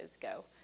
go